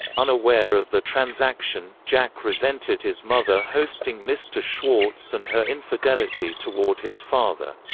unaware of the transaction, jack resented his mother hosting mr. schwartz and her infidelity toward his father.